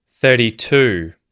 thirty-two